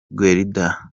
guelda